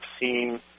seeing